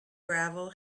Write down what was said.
gravel